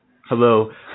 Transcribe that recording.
Hello